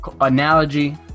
analogy